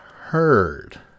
heard